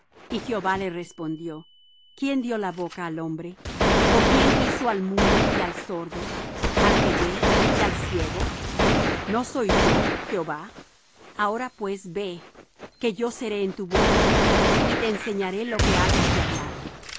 y jehová le respondió quién dió la boca al hombre ó quién hizo al mudo y al sordo al que ve y al ciego no soy yo jehová ahora pues ve que yo seré en tu boca y te enseñaré lo que hayas de hablar